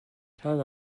rhan